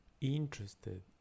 interested